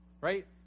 right